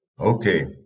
Okay